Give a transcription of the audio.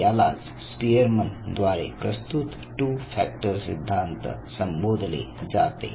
यालाच स्पीअरमन द्वारे प्रस्तुत टू फॅक्टर सिद्धांत संबोधले जाते